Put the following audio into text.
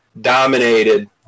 dominated